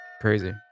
Crazy